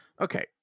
okay